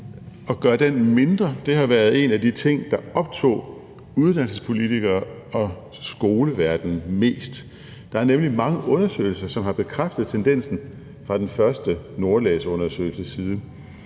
restgruppe mindre været en af de ting, der optog uddannelsespolitikere og skoleverdenen mest. Der er nemlig mange undersøgelser, som siden har bekræftet tendensen fra den første »Nordlæs«-undersøgelse.